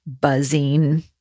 buzzing